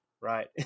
right